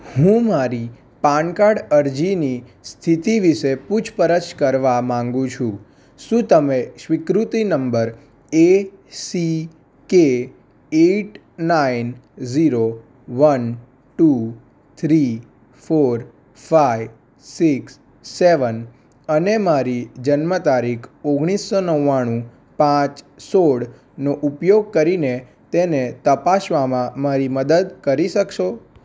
હું મારી પાનકાર્ડ અરજીની સ્થિતિ વિષે પૂછપરછ કરવા માગું છું શું તમે સ્વીકૃતિ number S K eight nine zero one two three four five six seven અને મારી જન્મ તારીખ ઓગણીસો નવ્વાણું પાંચ સોળ નો ઉપયોગ કરીને તેને તપાસવામાં મારી મદદ કરી શકશો